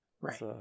right